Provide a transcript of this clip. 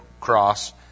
Cross